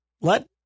Let